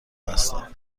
هستم